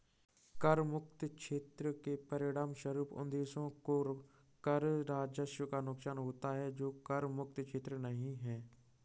कर मुक्त क्षेत्र के परिणामस्वरूप उन देशों को कर राजस्व का नुकसान होता है जो कर मुक्त क्षेत्र नहीं हैं